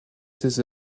ses